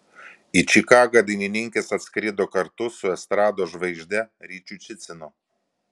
į čikagą dainininkės atskrido kartu su estrados žvaigžde ryčiu cicinu